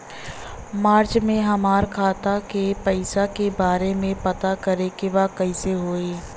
मार्च में हमरा खाता के पैसा के बारे में पता करे के बा कइसे होई?